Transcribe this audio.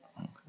Okay